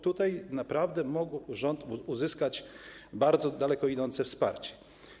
Tutaj naprawdę rząd mógł uzyskać bardzo daleko idące wsparcie.